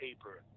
Paper